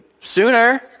Sooner